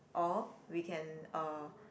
or we can um